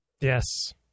Yes